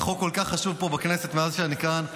חוק כל כך חשוב פה בכנסת מאז שאני כאן.